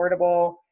affordable